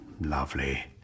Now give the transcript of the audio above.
lovely